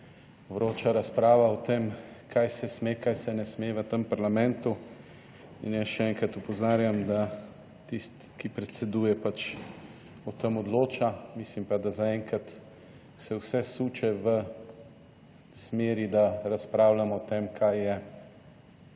vroča razprava o tem kaj se sme, kaj se ne sme v tem parlamentu in jaz še enkrat opozarjam, da tisti, ki predseduje, pač o tem odloča. Mislim pa, da zaenkrat se vse suče v smeri, da razpravljamo o tem kaj je